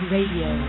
Radio